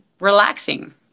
relaxing